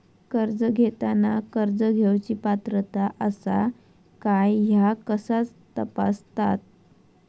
कर्ज घेताना कर्ज घेवची पात्रता आसा काय ह्या कसा तपासतात?